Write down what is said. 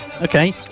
Okay